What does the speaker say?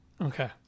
Okay